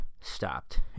stopped